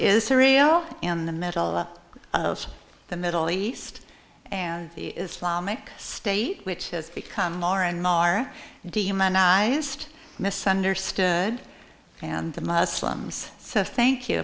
israel in the middle of the middle east and the islamic state which has become more and more demonized misunderstood the muslims so thank you